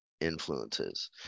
influences